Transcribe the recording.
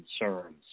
concerns